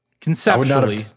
Conceptually